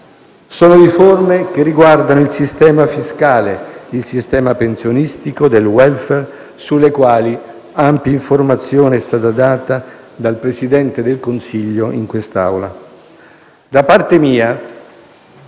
sono riforme che riguardano il sistema fiscale, il sistema pensionistico e del *welfare* e sulle quali ampia informazione è stata data dal Presidente del Consiglio in quest'Aula.